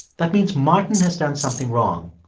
that means martin has done something wrong.